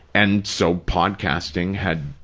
and so, podcasting had,